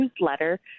newsletter